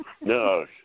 No